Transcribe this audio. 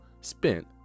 spent